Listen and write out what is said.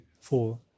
four